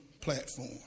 platform